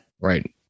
Right